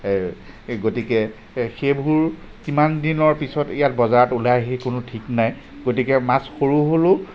গতিকে সেইবোৰ কিমান দিনৰ পিছত ইয়াত বজাৰত ওলায়হি কোনো ঠিক নাই গতিকে মাছ সৰু হ'লেও